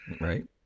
right